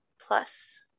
plus